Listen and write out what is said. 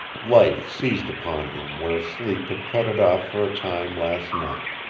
life seized upon him where sleep had cut it off for a time last night.